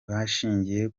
bashingiye